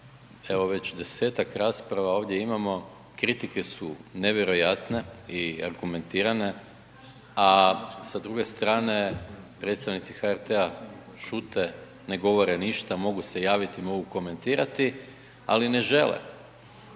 evo već desetak rasprava ovdje imamo, kritike su nevjerojatne i argumentirane a sa druge strane, predstavnici HRT-a šute, ne govore ništa, mogu se javiti, mogu komentirati ali ne žele.